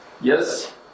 Yes